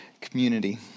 community